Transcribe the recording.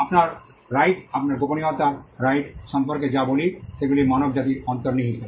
আপনার রাইট আপনার গোপনীয়তার রাইট সম্পর্কে যা বলি সেগুলি মানব জাতির অন্তর্নিহিত